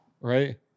right